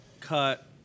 Cut